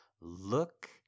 Look